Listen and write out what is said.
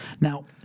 Now